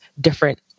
different